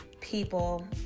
people